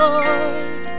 Lord